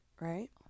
right